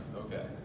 okay